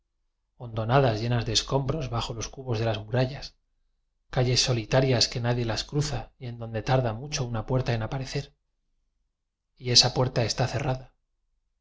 hondonadas llenas de escombros bajo los cubos de las murallas calles solitarias que nadie las cruza y en donde tarda mucho una puerta en aparecer y esa puerta está cerrada